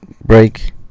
break